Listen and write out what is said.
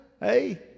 hey